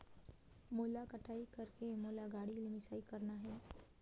मोला कटाई करेके मोला गाड़ी ले मिसाई करना हे?